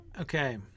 Okay